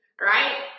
right